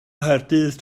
nghaerdydd